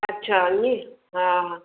अच्छा इएं हा हा